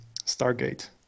Stargate